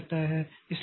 तो यह तय है